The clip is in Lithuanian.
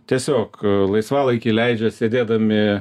tiesiog laisvalaikį leidžia sėdėdami